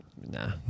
nah